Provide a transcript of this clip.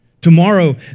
Tomorrow